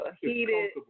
heated